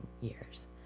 years